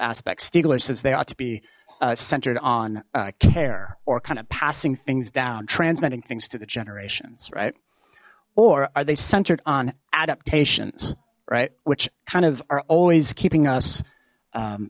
aspects tiegler's as they ought to be centred on care or kind of passing things down transmitting things to the generations right or are they centered on adaptations right which kind of are always keeping us